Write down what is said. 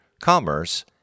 commerce